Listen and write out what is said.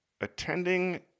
attending